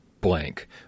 blank